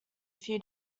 few